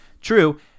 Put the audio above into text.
True